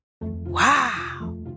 Wow